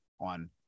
on